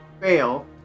fail